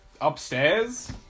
Upstairs